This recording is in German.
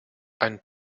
einen